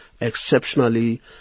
exceptionally